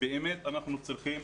אנחנו צריכים